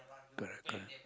correct correct